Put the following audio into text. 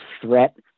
threat